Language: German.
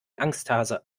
angsthase